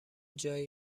جایی